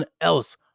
else